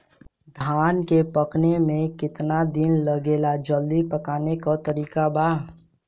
धान के पकने में केतना दिन लागेला जल्दी पकाने के तरीका बा?